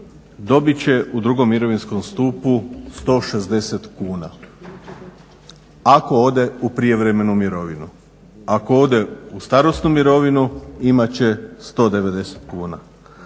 dobit će u drugom mirovinskom stupu 160 kuna ako ode u prijevremenu mirovinu. Ako ode u starosnu mirovinu imat će 190 kuna.